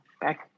back